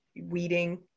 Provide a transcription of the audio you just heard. weeding